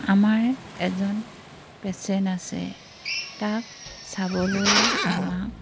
আমাৰ এজন পেচেণ্ট আছে তাক চাবলৈ আমাক